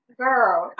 girl